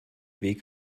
weg